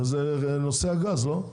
זה נושא הגז, לא?